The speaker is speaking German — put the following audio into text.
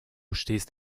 stehst